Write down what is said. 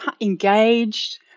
engaged